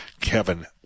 kevin